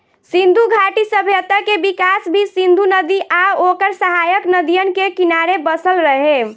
सिंधु घाटी सभ्यता के विकास भी सिंधु नदी आ ओकर सहायक नदियन के किनारे बसल रहे